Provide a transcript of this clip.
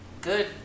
good